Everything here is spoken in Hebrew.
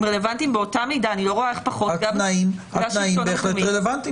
רלוונטיים באותה מידה לשלטון המקומי,